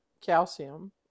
calcium